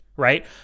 Right